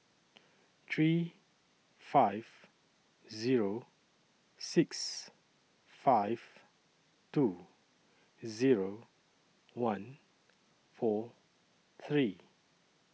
three five Zero six five two Zero one four three